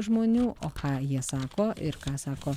žmonių o ką jie sako ir ką sako